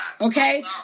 Okay